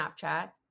Snapchat